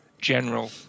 general